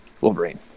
Wolverine